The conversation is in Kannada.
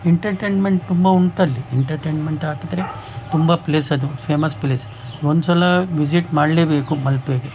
ಎಂಟಟೆನ್ಮೆಂಟ್ ತುಂಬ ಉಂಟಲ್ಲಿ ಎಂಟಟೆನ್ಮೆಂಟ್ ಹಾಕಿದ್ರೆ ತುಂಬ ಪ್ಲೇಸ್ ಅದು ಫೇಮಸ್ ಪ್ಲೇಸ್ ಒಂದು ಸಲ ವಿಝಿಟ್ ಮಾಡಲೇಬೇಕು ಮಲ್ಪೆಗೆ